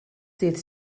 dydd